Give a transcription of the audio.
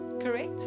Correct